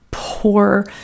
poor